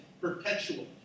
perpetual